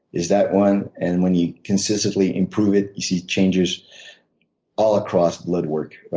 it's that one. and when you consistently improve it, you see changes all across blood work.